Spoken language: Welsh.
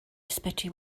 ysbyty